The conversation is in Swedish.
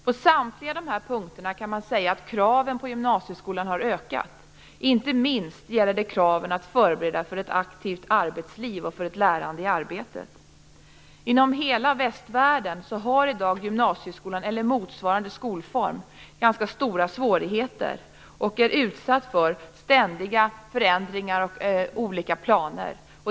På samtliga dessa punkter kan man säga att kraven på gymnasieskolan har ökat. Inte minst gäller det kraven att förbereda för ett aktivt arbetsliv och för ett lärande i arbetet. I hela västvärlden har i dag gymnasieskolan eller motsvarande skolform ganska stora svårigheter och är utsatt för ständiga förändringar och olika planer.